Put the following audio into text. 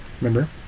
Remember